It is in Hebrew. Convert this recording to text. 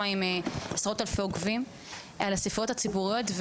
עם עשרות אלפי עוקבים על הספריות הציבוריות,